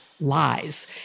lies